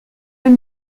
même